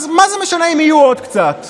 אז מה זה משנה אם יהיו עוד קצת?